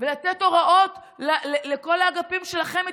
ולתת הוראות לכל האגפים שלכם,